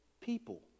People